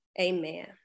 amen